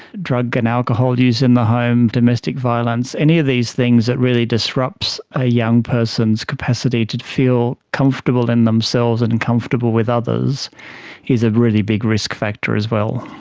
drug and alcohol use in the home, domestic violence, any of these things that really disrupts a young person's capacity to feel comfortable in themselves and and comfortable with others is a really big risk factor as well.